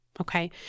Okay